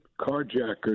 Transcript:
carjackers